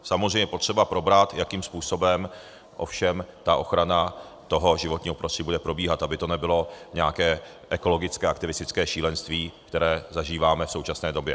Samozřejmě je potřeba probrat, jakým způsobem ovšem ta ochrana životního prostředí bude probíhat, aby to nebylo nějaké ekologické aktivistické šílenství, které zažíváme v současné době.